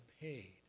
paid